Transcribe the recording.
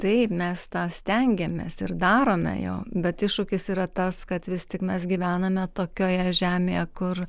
taip mes tą stengiamės ir darome jo bet iššūkis yra tas kad vis tik mes gyvename tokioje žemėje kur